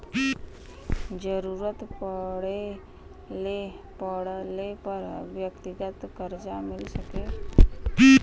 जरूरत पड़ले पर व्यक्तिगत करजा मिल सके